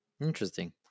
Interesting